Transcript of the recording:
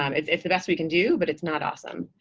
um it's it's the best we can do. but it's not awesome.